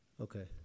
Okay